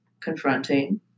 confronting